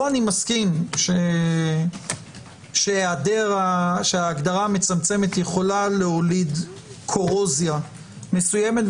פה אני מסכים שההגדרה המצמצמת יכולה להוליד קורוזיה מסוימת,